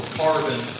carbon